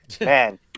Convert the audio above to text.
man